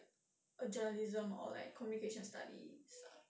a journalism or like communication studies lah